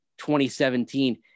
2017